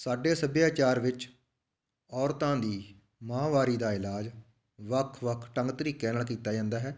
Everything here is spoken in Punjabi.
ਸਾਡੇ ਸੱਭਿਆਚਾਰ ਵਿੱਚ ਔਰਤਾਂ ਦੀ ਮਾਹਵਾਰੀ ਦਾ ਇਲਾਜ ਵੱਖ ਵੱਖ ਢੰਗ ਤਰੀਕਿਆਂ ਨਾਲ ਕੀਤਾ ਜਾਂਦਾ ਹੈ